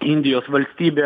indijos valstybė